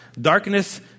Darkness